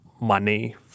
money